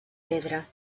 pedra